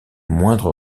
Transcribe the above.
moindre